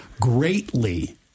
greatly